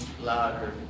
louder